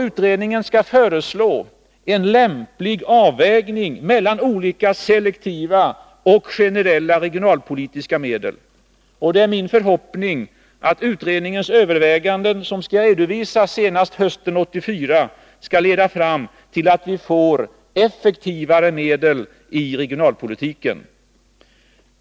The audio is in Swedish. Utredningen skall föreslå en lämplig avvägning mellan olika selektiva och generella regionalpolitiska medel. Det är min förhoppning att utredningens överväganden — som skall redovisas senast hösten 1984 — skall leda fram till att vi får effektivare medel i regionalpolitiken.